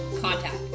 contact